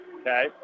Okay